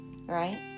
right